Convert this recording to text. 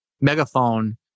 megaphone